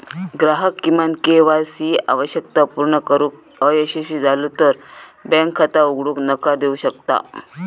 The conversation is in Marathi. ग्राहक किमान के.वाय सी आवश्यकता पूर्ण करुक अयशस्वी झालो तर बँक खाता उघडूक नकार देऊ शकता